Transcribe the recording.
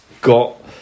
got